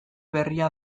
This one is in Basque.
berria